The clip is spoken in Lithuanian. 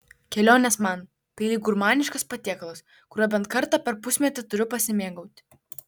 kelionės man tai lyg gurmaniškas patiekalas kuriuo bent kartą per pusmetį turiu pasimėgauti